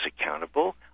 accountable